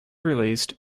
released